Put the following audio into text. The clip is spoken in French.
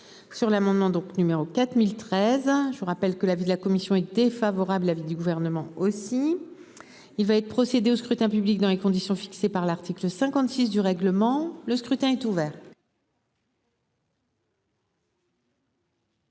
Sur l'amendement donc numéro 4013 hein. Je vous rappelle que l'avis de la commission est défavorable. L'avis du gouvernement aussi. Il va être procédé au scrutin public dans les conditions fixées par l'article 56 du règlement, le scrutin est ouvert.